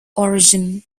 origin